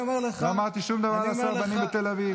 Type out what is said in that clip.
לא אמרתי שום דבר על הסרבנים בתל אביב.